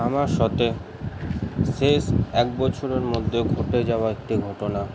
আমার সথে শেষ এক বছরের মধ্যে ঘটে যাওয়া একটি ঘটনা